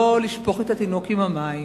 שלא לשפוך את התינוק עם המים,